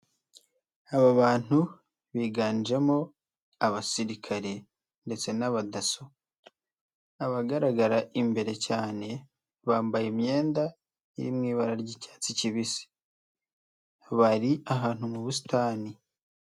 Aba bantu biganjemo abasirikare ndetse n'abadaso. Abagaragara imbere cyane, bambaye imyenda iri mu ibara ry'icyatsi kibisi. Bari ahantu mu busitani.